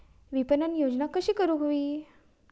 विपणन योजना कशी करुक होई?